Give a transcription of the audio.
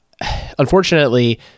unfortunately